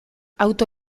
auto